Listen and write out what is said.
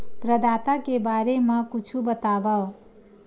प्रदाता के बारे मा कुछु बतावव?